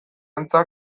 antza